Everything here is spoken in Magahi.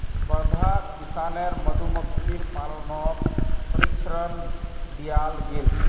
वर्धाक किसानेर मधुमक्खीर पालनत प्रशिक्षण दियाल गेल